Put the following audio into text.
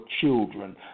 children